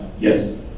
yes